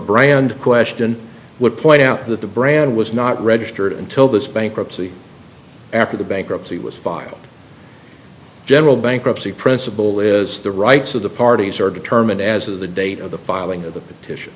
brand question would point out that the brand was not registered until this bankruptcy after the bankruptcy was filed general bankruptcy principle is the rights of the parties are determined as of the date of the filing of the petition